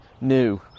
new